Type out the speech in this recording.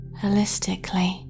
holistically